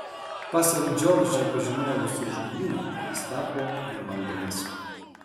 pasak džordžą pažinojusių žmonių jis tapo nevaldomas